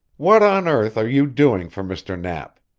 what on earth are you doing for mr. knapp?